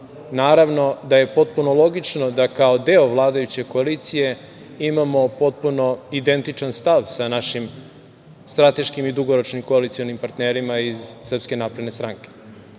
naravno da je potpuno logično da kao deo vladajuće koalicije imamo potpuno identičan stav sa našim strateškim i dugoročnim koalicionim partnerima iz SNS.Dakle, želim